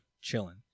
chilling